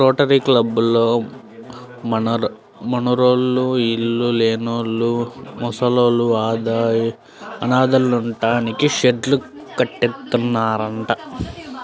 rotary కబ్బోళ్ళు మనూర్లోని ఇళ్ళు లేనోళ్ళు, ముసలోళ్ళు, అనాథలుంటానికి షెడ్డు కట్టిత్తన్నారంట